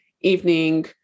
evening